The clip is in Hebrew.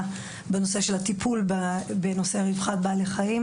בנושא של הטיפול בנושא רווחת בעלי חיים,